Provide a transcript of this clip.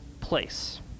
place